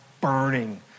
burning